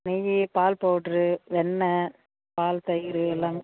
நெய் பால் பவுட்ரு வெண்ணய் பால் தயிர் எல்லாமே